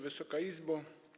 Wysoka Izbo!